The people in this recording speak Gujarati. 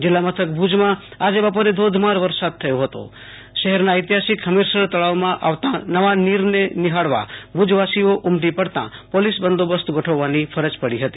જિલ્લામથક ભુજમાં આજે બપોરે ધોધમાર વરસાદ થયો હતો શહેરના ઐતિહાસિક હમીરસર તળાવમાં આવતા નવા નીર નિહાળવા ભુજવાસીઓ ઉમટી પડતા પોલીસ બંદોબસ્ત ગોઠવવાની ફરજ પડી હતી